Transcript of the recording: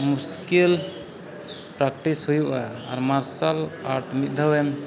ᱢᱩᱥᱠᱤᱞ ᱯᱨᱮᱠᱴᱤᱥ ᱦᱩᱭᱩᱜᱼᱟ ᱟᱨ ᱢᱟᱨᱥᱟᱞ ᱟᱴ ᱢᱤᱫ ᱫᱷᱟᱣᱮᱢ